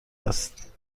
است